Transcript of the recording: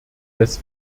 des